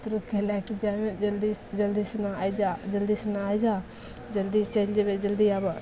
बुतरुके लैके जाइमे जल्दी जल्दीसिना आइ जा जल्दीसिना आइ जा जल्दी चलि जेबै जल्दी आबऽ